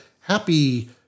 happy